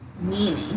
meaning